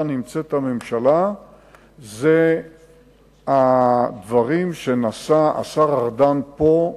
נמצאת הממשלה זה הדברים שנשא השר ארדן פה,